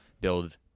build